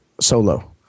solo